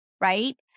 right